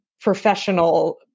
professional